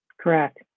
Correct